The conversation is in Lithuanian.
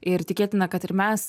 ir tikėtina kad ir mes